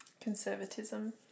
Conservatism